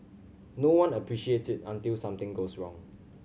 no one appreciates it until something goes wrong